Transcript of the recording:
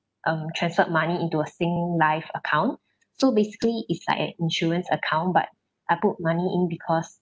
um transferred money into a singlife account so basically it's like an insurance account but I put money in because